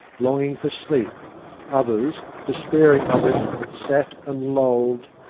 longing for sleep others, despairing of it, sat and lolled,